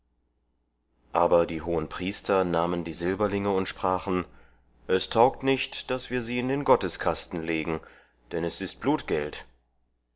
aber die hohenpriester nahmen die silberlinge und sprachen es taugt nicht daß wir sie in den gotteskasten legen denn es ist